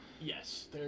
Yes